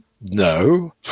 No